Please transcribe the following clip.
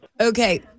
Okay